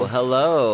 Hello